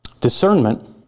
Discernment